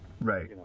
right